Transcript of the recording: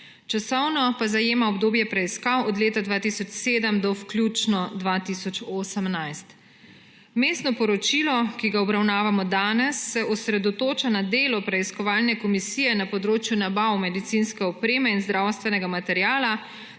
časovno pa zajema obdobje preiskav od leta 2007 do vključno 2018. Vmesno poročilo, ki ga obravnavamo danes, se osredotoča na delo preiskovalne komisije na področju nabav medicinske opreme in zdravstvenega materiala,